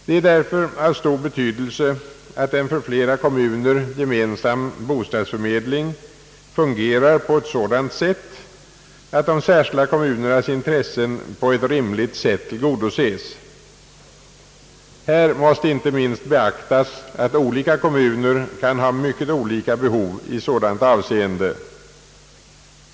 Det är därför av stor betydelse att en för flera kommuner gemensam bostadsförmedling fungerar på ett sådant sätt att de särskilda kommunernas intressen på ett rimligt sätt tillgodoses. Här måste inte minst beaktas att olika kommuner kan ha mycket olika behov i sådant avseende.